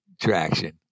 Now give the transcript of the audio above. traction